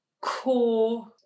core